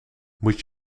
moet